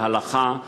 להלכה,